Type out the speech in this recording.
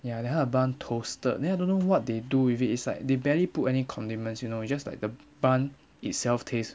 ya then 他的 bun toasted then I don't know what they do with it it's like they barely put any condiments you know you just like the bun itself taste